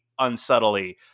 unsubtly